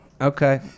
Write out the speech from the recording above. okay